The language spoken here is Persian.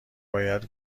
باید